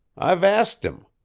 i've askit him.